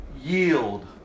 yield